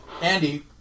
Andy